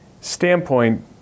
standpoint